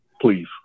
please